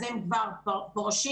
אז הם כבר פורשים.